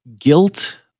guilt